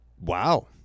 Wow